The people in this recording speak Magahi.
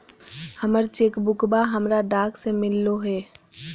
हमर चेक बुकवा हमरा डाक से मिललो हे